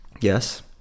Yes